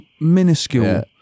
minuscule